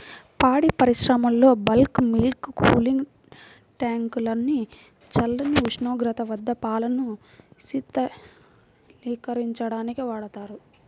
పాడి పరిశ్రమలో bulk milk cooling tank ని చల్లని ఉష్ణోగ్రత వద్ద పాలను శీతలీకరించడానికి వాడతారు